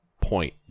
point